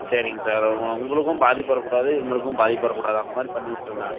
சரிங்க சார் உ உங்களுக்கும் பாதிப்பு வரக்கூடாது எங்களுக்கும் பாதிப்பு வரக்கூடாது அந்த மாதிரி பண்ணிவிட்ருங்க